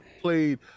played